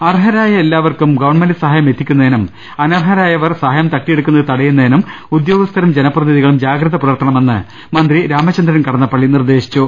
അർഹരായ എല്ലാവർക്കും ഗവൺമെന്റ് സഹായം എത്തിക്കുന്നതിനും അനർഹരായവർ സഹായം തട്ടിയെടുക്കുന്നത് തടയുന്നതിനും ഉദ്യോഗസ്ഥരും ജനപ്രതിനിധികളും ജാഗ്രത പുലർത്തണമെന്ന് മന്ത്രി രാമചന്ദ്രൻ കടന്നപ്പള്ളി നിർദ്ദേശിച്ചു